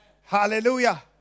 Hallelujah